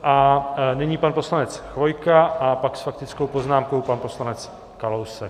A nyní pan poslanec Chvojka a pak s faktickou poznámkou pan poslanec Kalousek.